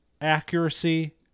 accuracy